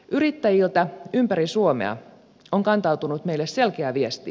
yrittäjiltä ympäri suomea on kantautunut meille selkeä viesti